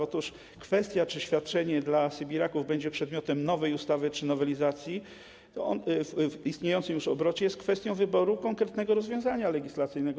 Otóż kwestia tego, czy świadczenie dla sybiraków będzie przedmiotem nowej ustawy, czy nowelizacji, w istniejącym już obrocie, jest kwestią wyboru konkretnego rozwiązania legislacyjnego.